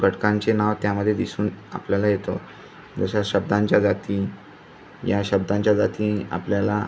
घटकांचे नाव त्यामध्ये दिसून आपल्याला येतं जसं शब्दांच्या जाती या शब्दांच्या जाती आपल्याला